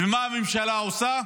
ומה הממשלה עושה?